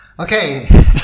Okay